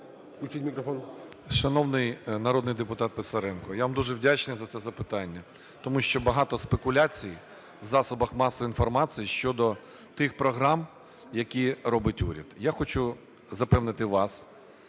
Шановний народний депутат Писаренко, я вам дуже вдячний за це запитання, тому що багато спекуляцій в засобах масової інформації щодо тих програм, які робить уряд. Я хочу запевнити вас,